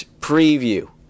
preview